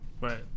Right